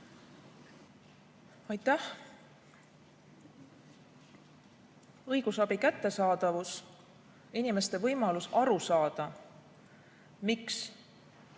Aitäh! Õigusabi kättesaadavus, inimeste võimalus aru saada, miks